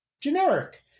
generic